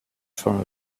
from